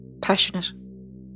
Passionate